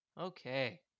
Okay